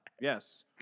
Yes